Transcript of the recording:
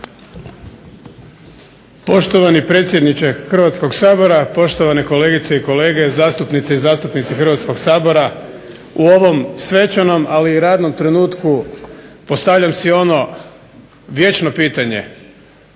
Poštovani predsjedniče Hrvatskog sabora, poštovane kolegice i kolege zastupnice i zastupnici Hrvatskog sabora. U ovom svečanom, ali i radnom trenutku, postavljam si ono vječno pitanje